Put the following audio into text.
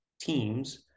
teams